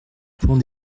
pont